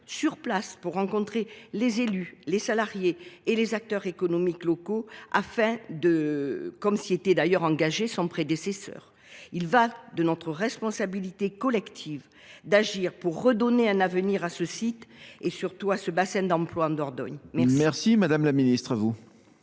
sur place pour rencontrer les élus, les salariés et les acteurs économiques locaux, comme l’a fait d’ailleurs son prédécesseur ? Il est de notre responsabilité collective d’agir pour redonner un avenir à ce site et, surtout, à ce bassin d’emplois en Dordogne. La parole est à Mme la ministre déléguée.